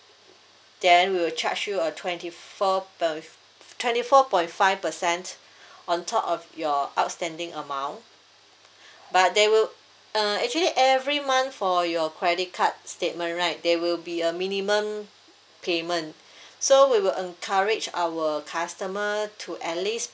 then we will charge you a twenty four per~ uh twenty four point five percent on top of your outstanding amount but they will uh actually every month for your credit card statement right there will be a minimum payment so we will encourage our customer to at least